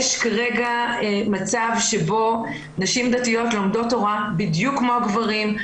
יש כרגע מצב שבו נשים דתיות לומדות תורה בדיוק כמו הגברים,